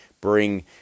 bring